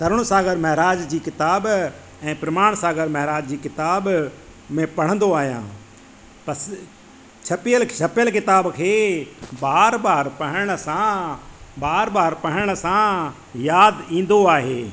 तरुण सागर महराज जी किताब ऐं प्रमाण सागर महराज जी किताब में पढ़ंदो आहियां पस छपियल छपियल किताब खे बार बार पढ़ण सां बार बार पढ़ण सां यादि ईंदो आहे